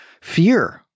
fear